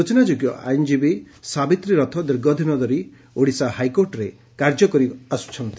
ସ୍ଟଚନାଯୋଗ୍ୟ ଆଇନଜୀବୀ ସାବିତ୍ରୀ ରଥ ଦୀର୍ଘଦିନ ଧରି ଓଡ଼ିଶା ହାଇକୋର୍ଟରେ କାର୍ଯ୍ୟ କରିଆସୁଛନ୍ତି